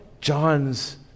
John's